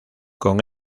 con